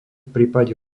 prípade